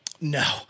no